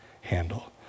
handle